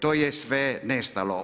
To je sve nestalo.